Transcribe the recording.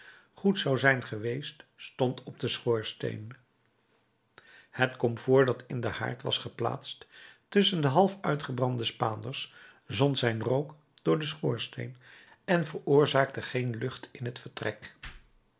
goed zou zijn geweest stond op den schoorsteen het komfoor dat in den haard was geplaatst tusschen de half uitgebrande spaanders zond zijn rook door den schoorsteen en veroorzaakte geen lucht in t vertrek